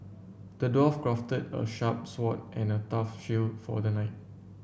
the dwarf crafted a sharp sword and a tough shield for the knight